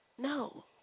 No